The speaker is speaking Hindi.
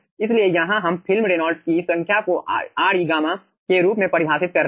इसलिए यहाँ हम फिल्म रेनॉल्ड्स की संख्या को Re गामा के रूप में परिभाषित कर रहे हैं